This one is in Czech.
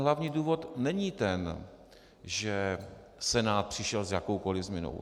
Hlavní důvod není ten, že Senát přišel s jakoukoliv změnou.